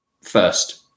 First